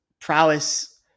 prowess